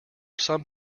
some